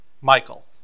Michael